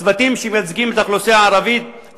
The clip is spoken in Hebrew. הצוותים שמייצגים את האוכלוסייה הערבית,